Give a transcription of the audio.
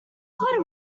quote